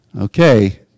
okay